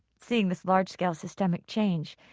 seeing this large-scale systemic change.